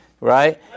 right